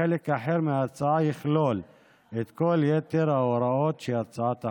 חלק אחר מההצעה יכלול את כל יתר ההוראות שבהצעת החוק.